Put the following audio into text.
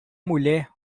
mulher